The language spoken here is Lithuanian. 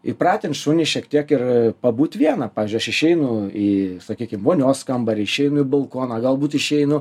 įpratint šunį šiek tiek ir pabūti vieną pavyzdžiui aš išeinu į sakykim vonios kambarį išeinu į balkoną galbūt išeinu